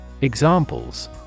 Examples